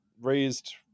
raised